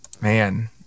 man